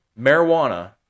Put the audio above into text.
Marijuana